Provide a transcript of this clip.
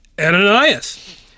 Ananias